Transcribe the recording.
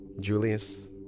Julius